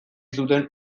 zuten